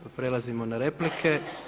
Prelazimo na replike.